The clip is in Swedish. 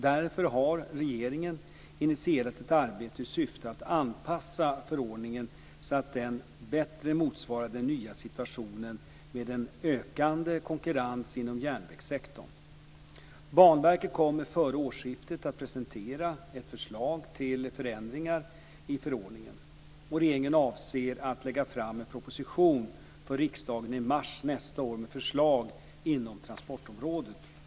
Därför har regeringen initierat ett arbete i syfte att anpassa förordningen så att den bättre motsvarar den nya situationen med en ökande konkurrens inom järnvägssektorn. Banverket kommer före årsskiftet att presentera ett förslag till förändringar i förordningen. Regeringen avser att lägga fram en proposition för riksdagen i mars nästa år med förslag inom transportområdet.